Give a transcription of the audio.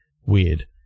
weird